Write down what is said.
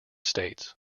states